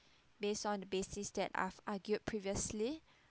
based on the basis that I've argued previously